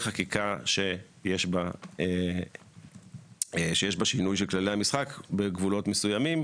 חקיקה שיש בה שינוי של כללי המשחק בגבולות מסוימים.